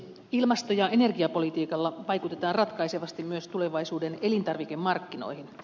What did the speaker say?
ilmasto ja energiapolitiikalla vaikutetaan ratkaisevasti myös tulevaisuuden elintarvikemarkkinoihin